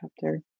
chapter